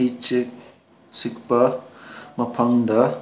ꯏꯆꯤꯛ ꯆꯤꯛꯄ ꯃꯐꯝꯗ